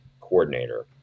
coordinator